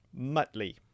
Muttley